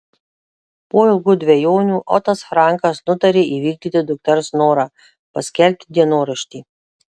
po ilgų dvejonių otas frankas nutarė įvykdyti dukters norą paskelbti dienoraštį